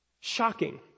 shocking